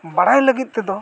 ᱵᱟᱲᱟᱩᱭ ᱞᱟᱹᱜᱤᱫ ᱛᱮᱫᱚ